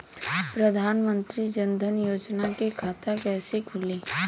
प्रधान मंत्री जनधन योजना के खाता कैसे खुली?